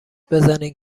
بزنین